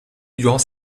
durant